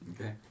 Okay